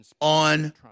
on